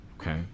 Okay